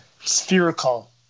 spherical